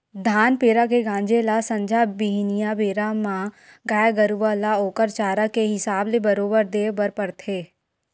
धान पेरा के गांजे ल संझा बिहनियां बेरा बेरा म गाय गरुवा ल ओखर चारा के हिसाब ले बरोबर देय बर परथे